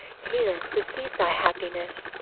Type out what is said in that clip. here receive thy happiness.